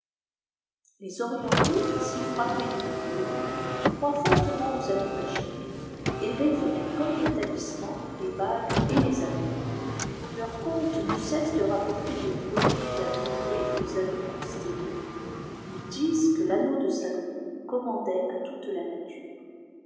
les orentapx si frappés du merveilleux croient fbrtemi aujl anneaux magiques et révèrent comme des talismans lès ëfe gués et les anneaux leurs contes ne cessent de rapporter des prodiges attribuer aux anneaux constellés ils disent que l'mneo delomoû cqipnfiandait à toute la nature